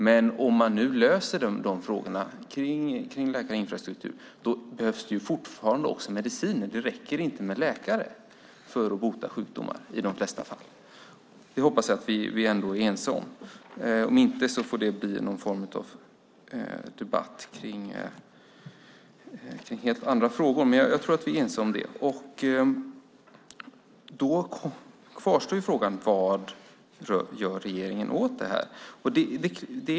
Men även om frågorna om läkare och infrastruktur löses kvarstår att det också behövs mediciner. I de flesta fall räcker det inte med enbart läkare för att bota sjukdomar. Det hoppas jag att vi är ense om. Om inte får det bli någon form av debatt om helt andra frågor, men jag tror att vi är ense. Frågan kvarstår: Vad gör regeringen åt det här?